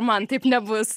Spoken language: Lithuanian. man taip nebus